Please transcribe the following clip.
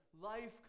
Life